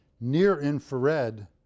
near-infrared